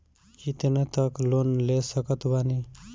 कितना तक लोन ले सकत बानी?